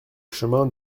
chemin